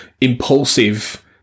impulsive